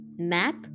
map